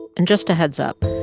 and just a heads up,